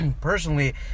personally